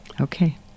Okay